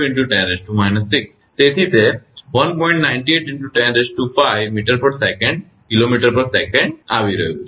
98×105 kmsec આવી રહ્યું છે